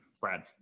Brad